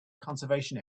conservation